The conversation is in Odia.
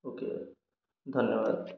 ଓକେ ଧନ୍ୟବାଦ